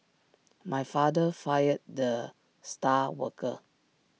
my father fired the star worker